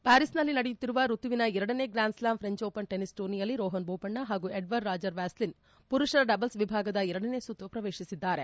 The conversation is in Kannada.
ಪ್ಕಾರಿಸ್ನಲ್ಲಿ ನಡೆಯುತ್ತಿರುವ ಋತುವಿನ ಎರಡನೇ ಗ್ರ್ಯಾನ್ಸ್ಲಾಮ್ ಫ್ರೆಂಚ್ಓಪನ್ ಟೆನಿಸ್ ಟೂರ್ನಿಯಲ್ಲಿ ರೋಹನ್ ಬೋಪಣ್ಣ ಹಾಗೂ ಎಡ್ವರ್ಡ್ ರಾಜರ್ ವ್ಯಾಸಲಿನ್ ಪುರುಷರ ಡಬಲ್ಸ್ ವಿಭಾಗದ ಎರಡನೇ ಸುತ್ತು ಪ್ರವೇಶಿಸಿದ್ದಾರೆ